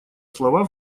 слова